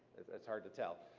it's hard to tell.